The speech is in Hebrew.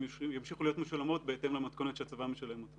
הם ימשיכו להיות משולמות בהתאם למתכונת שהצבא משלם אותן.